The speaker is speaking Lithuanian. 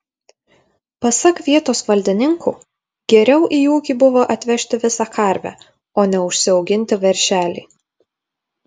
pasak vietos valdininkų geriau į ūkį buvo atvežti visą karvę o ne užsiauginti veršelį